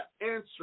answer